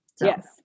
Yes